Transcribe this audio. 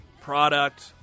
product